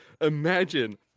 imagine